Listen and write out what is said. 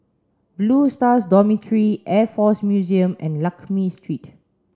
Blue Stars Dormitory Air Force Museum and Lakme Street